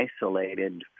isolated